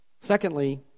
Secondly